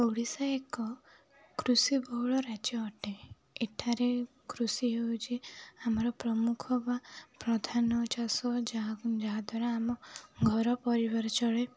ଓଡ଼ିଶା ଏକ କୃଷି ବହୁଳ ରାଜ୍ୟ ଅଟେ ଏଠାରେ କୃଷି ହେଉଛି ଆମର ପ୍ରମୁଖ ବା ପ୍ରଧାନ ଚାଷ ଯାହା ଯାହାଦ୍ୱାରା ଆମ ଘର ପରିବାର ଚଳେ